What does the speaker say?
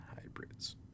hybrids